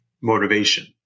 motivation